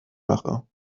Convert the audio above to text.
mache